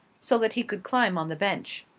so that he could climb on the bench.